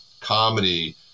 comedy